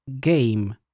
game